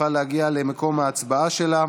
תוכל להגיע למקום ההצבעה שלה.